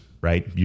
right